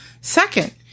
Second